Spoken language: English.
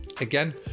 again